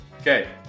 Okay